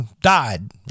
died